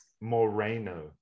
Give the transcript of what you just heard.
Moreno